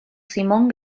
simón